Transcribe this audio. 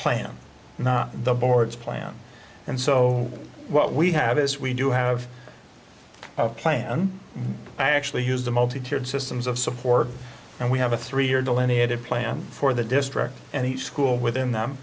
plan not the board's plan and so what we have is we do have a plan i actually use the multi tiered systems of support and we have a three year delineated plan for the district and each school within them